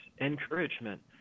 encouragement